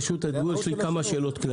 ברשות הדיבור שלי יש לי כמה שאלות כלליות.